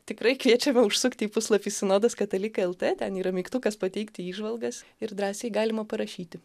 tikrai kviečiame užsukti į puslapį sinodas katalikai lt ten yra mygtukas pateikti įžvalgas ir drąsiai galima parašyti